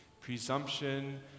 Presumption